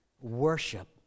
Worship